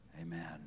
Amen